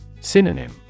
Synonym